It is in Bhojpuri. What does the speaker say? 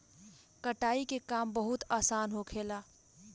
कटाई के काम बहुत आसान होखेला